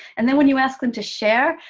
and then when you ask them to share,